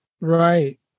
right